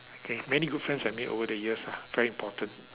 okay many good friends I made over the years lah very important